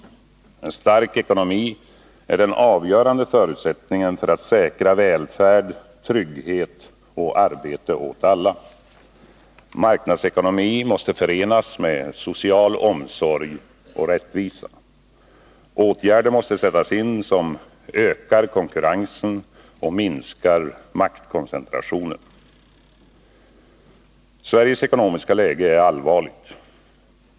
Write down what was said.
En stark ekonomi är den avgörande förutsättningen för att säkra välfärd, trygghet och arbete åt alla. Marknadsekonomi måste förenas med social omsorg och rättvisa. Åtgärder måste sättas in som ökar konkurrensen och minskar maktkoncentrationen. Sveriges ekonomiska läge är allvarligt.